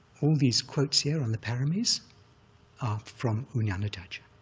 all these quotes here on the paramis are from u nanadhaja.